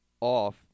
off